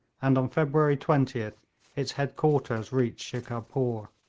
and on february twentieth its headquarters reached shikarpore.